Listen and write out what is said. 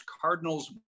Cardinals